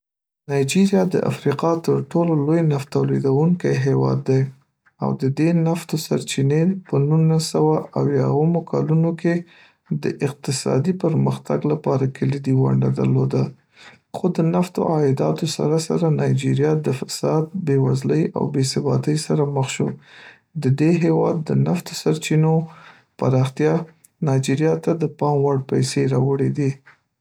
نایجیریا د افریقا تر ټولو لوی نفت تولیدونکی هېواد دی، او د دې نفتو سرچینې په نولس سوه اویاومو کلونو کې د اقتصادي پرمختګ لپاره کلیدي ونډه درلوده، خو د نفتو د عایداتو سره سره، نایجیریا د فساد، بیوزلۍ او بې ثباتۍ سره مخ شو د دې هېواد د نفتو سرچینو پراختیا نایجیریا ته د پام وړ پیسې راوړې دي.